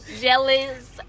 jealous